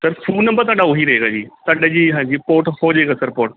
sir phone number ਤੁਹਾਡਾ ਉਹੀ ਰਹੇਗਾ ਜੀ ਤੁਹਾਡਾ ਜੀ ਹਾਂਜੀ ਪੋਰਟ ਹੋ ਜਾਏਗਾ ਸਰ ਪੋਰਟ